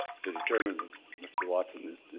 to determine that mr. watson is.